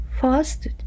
first